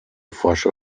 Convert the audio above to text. forscher